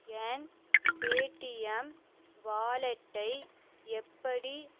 என் Paytm வாலெட்டை எப்படி activate செய்வது